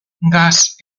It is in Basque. gas